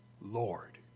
Lord